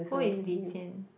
who is Li-Jian